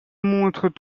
montrent